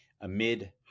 amid